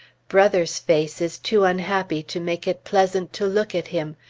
brother's face is too unhappy to make it pleasant to look at him.